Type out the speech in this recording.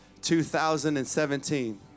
2017